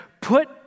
put